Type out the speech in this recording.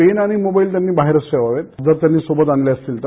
pen आणि mobile त्यांनी बाहेरच ठेवावे जर त्यांनी सोबत आणले असतील तर